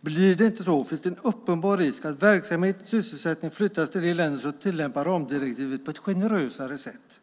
Blir det inte så finns det en uppenbar risk att verksamhet och sysselsättning flyttas till de länder som tillämpar ramdirektivet på ett generösare sätt.